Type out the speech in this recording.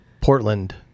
Portland